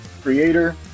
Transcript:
creator